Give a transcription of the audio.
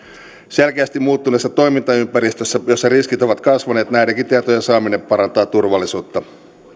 selkeästi muuttuneessa toimintaympäristössä jossa riskit ovat kasvaneet näidenkin tietojen saaminen parantaa turvallisuutta